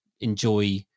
enjoy